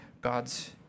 God's